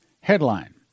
Headline